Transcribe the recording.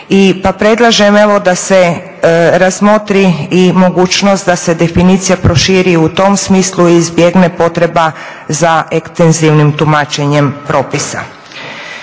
predlažem evo da se razmotri i mogućnost da se definicija proširi i u tom smislu i izbjegne potreba za ekstenzivnim tumačenjem propisa.